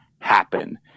happen